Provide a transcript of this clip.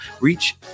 reach